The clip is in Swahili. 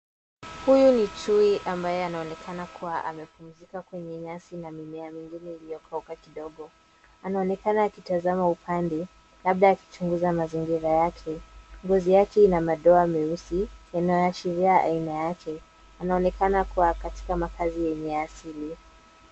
Huyu ni chui ambaye anaonekana kuwa amepumzika kwenye nyasi na mimea mingine iliyokauka kidogo. Anaonekana akitazama upande labda akichunguza mazingira yake. Ngozi yake ina madoa meusi yanayoashiria aina yake. Anaonekana kuwa katika makazi yenye asili.